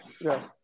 Yes